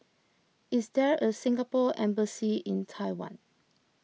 is there a Singapore Embassy in Taiwan